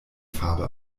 farbe